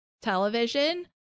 television